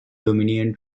dominion